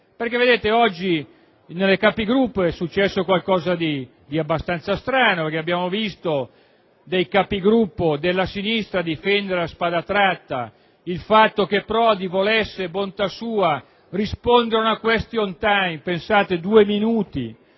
dei Capigruppo è successa una cosa abbastanza strana: abbiamo visto dei Capigruppo della sinistra difendere a spada tratta il fatto che Prodi volesse, bontà sua, rispondere ad un *question time*. Pensate, due minuti;